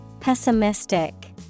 Pessimistic